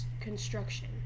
construction